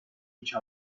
each